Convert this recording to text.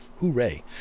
Hooray